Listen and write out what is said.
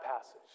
passage